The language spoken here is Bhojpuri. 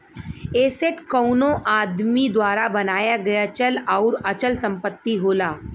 एसेट कउनो आदमी द्वारा बनाया गया चल आउर अचल संपत्ति होला